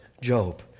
Job